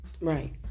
Right